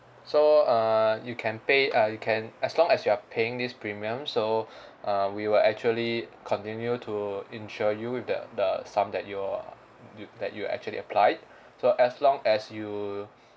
so err you can pay uh you can as long as you are paying this premium so uh we will actually continue to insure you with the the sum that you're you that you actually applied so as long as you